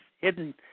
hidden